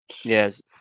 yes